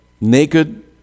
Naked